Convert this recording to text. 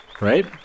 right